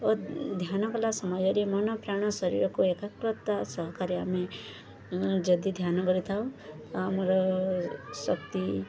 ଓ ଧ୍ୟାନ କଲା ସମୟରେ ମନ ପ୍ରାଣ ଶରୀରକୁ ଏକାଗ୍ରତା ସହକାରେ ଆମେ ଯଦି ଧ୍ୟାନ କରିଥାଉ ଆମର ଶକ୍ତି